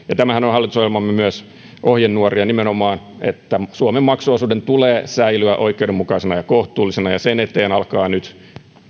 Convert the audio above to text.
tämähän on myös hallitusohjelmamme ohjenuoria nimenomaan että suomen maksuosuuden tulee säilyä oikeudenmukaisena ja kohtuullisena sen eteen alkaa nyt